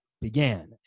began